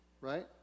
right